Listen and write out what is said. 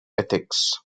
ethics